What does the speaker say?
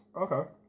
Okay